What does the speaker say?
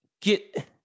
Get